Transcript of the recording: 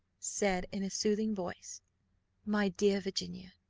said, in a soothing voice my dear virginia,